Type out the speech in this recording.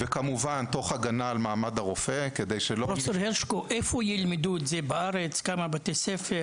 מתוך הגנה על מעמד הרופא יש נכונות ללמד אותם בבתי ספר